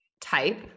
type